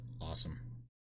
awesome